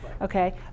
okay